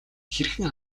хэрхэн